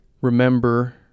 remember